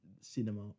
cinema